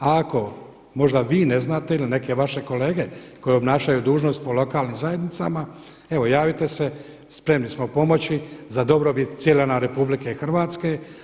Ako možda vi ne znate ili neke vaše kolege koje obnašaju dužnost po lokalnim zajednicama evo javite se, spremni smo pomoći za dobrobit cijele nam Republike Hrvatske.